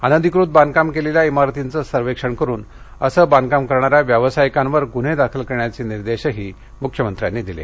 अनधिकृत बांधकाम केलेल्या मार्तीचं सर्वेक्षण करून असं बांधकाम करणाऱ्या व्यावसायिकांवर गुन्हे दाखल करण्याचे निर्देशही मुख्यमंत्र्यांनी दिले